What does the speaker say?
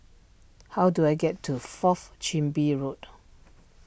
how do I get to Fourth Chin Bee Road